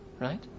Right